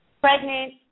pregnant